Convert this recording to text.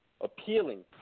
Appealing